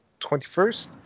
21st